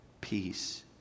peace